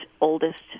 oldest